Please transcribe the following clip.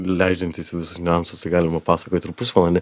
leidžiantis į visus niuansus tai galima pasakot ir pusvalandį